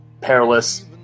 perilous